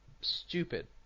stupid